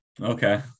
Okay